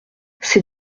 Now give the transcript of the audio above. c’est